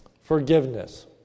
forgiveness